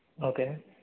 okay